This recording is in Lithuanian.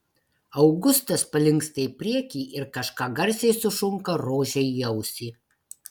augustas palinksta į priekį ir kažką garsiai sušunka rožei į ausį